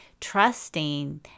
trusting